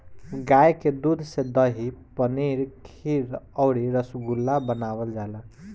गाय के दूध से दही, पनीर खीर अउरी रसगुल्ला बनावल जाला